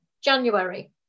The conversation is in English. January